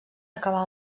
acabà